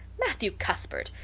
matthew cuthbert,